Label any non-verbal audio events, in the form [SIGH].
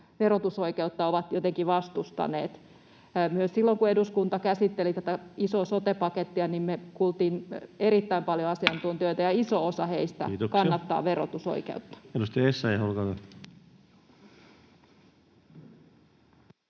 verotusoikeutta ovat jotenkin vastustaneet. Myös silloin kun eduskunta käsitteli tätä isoa sote-pakettia, me kuultiin erittäin paljon asiantuntijoita, [NOISE] ja iso osa heistä kannattaa verotusoikeutta. [Speech